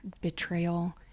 betrayal